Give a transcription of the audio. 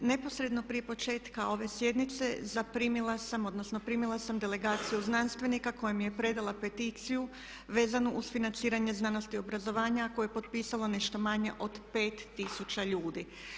Neposredno prije početka ove sjednice zaprimila sam, odnosno primila sam delegaciju znanstvenika koja mi je predala peticiju vezno uz financiranje znanosti i obrazovanja a koje je potpisalo nešto manje od 5 tisuća ljudi.